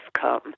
come